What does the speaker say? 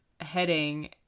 heading